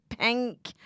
pink